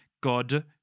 God